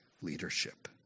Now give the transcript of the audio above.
leadership